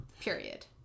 period